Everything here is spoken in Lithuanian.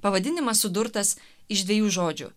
pavadinimas sudurtas iš dviejų žodžių